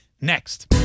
next